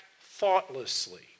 thoughtlessly